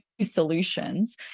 solutions